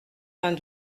vingt